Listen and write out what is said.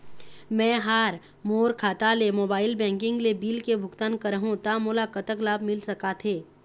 मैं हा मोर खाता ले मोबाइल बैंकिंग ले बिल के भुगतान करहूं ता मोला कतक लाभ मिल सका थे?